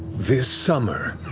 this summer,